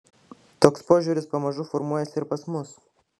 toks požiūris pamažu formuojasi ir pas mus